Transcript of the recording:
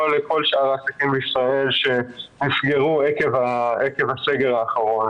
לכל שאר העסקים בישראל שנפגעו עקב הסגר האחרון.